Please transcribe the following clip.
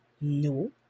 No